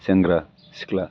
सेंग्रा सिख्ला